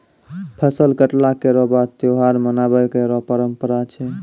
फसल कटला केरो बाद त्योहार मनाबय केरो परंपरा छै